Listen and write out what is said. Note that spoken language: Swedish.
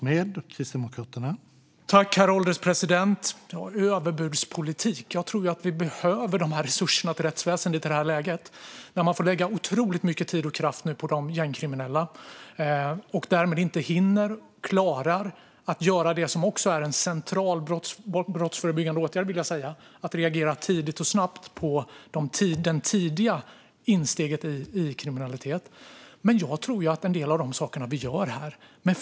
Herr ålderspresident! Karolina Skog talade om överbudspolitik. Jag tror att vi behöver dessa resurser till rättsväsendet i det här läget. Man får nu lägga otroligt mycket tid och kraft på de gängkriminella. Därmed hinner och klarar man inte att göra något som är en central brottsförebyggande åtgärd, nämligen att reagera tidigt och snabbt på tidiga insteg i kriminalitet. Jag tror att en del av de saker vi gör här är viktiga.